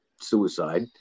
suicide